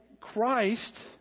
Christ